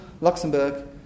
Luxembourg